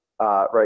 right